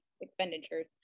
expenditures